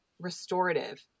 restorative